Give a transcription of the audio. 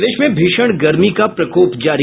प्रदेश में भीषण गर्मी का प्रकोप जारी